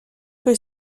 que